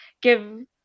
give